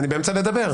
אני באמצע לדבר.